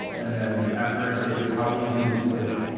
and then effort is how easy is it to do it.